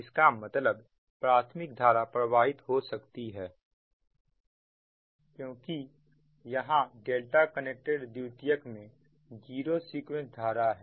इसका मतलब प्राथमिक धारा प्रवाहित हो सकती है क्योंकि यहां कनेक्टेड द्वितीयक में जीरो सीक्वेंस धारा है